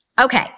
Okay